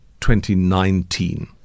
2019